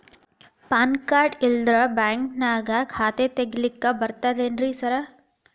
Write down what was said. PAN card ಇಲ್ಲಂದ್ರ ಬ್ಯಾಂಕಿನ್ಯಾಗ ಖಾತೆ ತೆಗೆಲಿಕ್ಕಿ ಬರ್ತಾದೇನ್ರಿ ಸಾರ್?